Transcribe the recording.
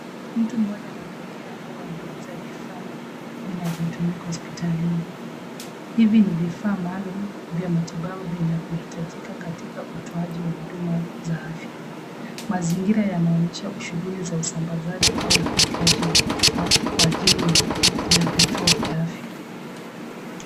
Mtu mmoja anapokea au anaagiza vifaa vinavyotumika hospitalini. Hivi ni vifaa maalum vya matibabu vinavyohitajika katika utoaji wa huduma za afya. Mazingira yanaonyesha shughuli ya usambazaji au upokeaji wa vifaa kwa ajili ya vituo vya afya.